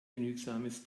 genügsames